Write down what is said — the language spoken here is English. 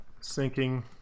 Sinking